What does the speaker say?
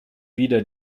wieder